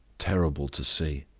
terrible to see.